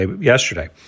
yesterday